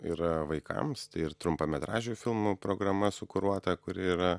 yra vaikams tai ir trumpametražių filmų programa sukuruota kuri yra